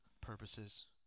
purposes